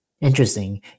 Interesting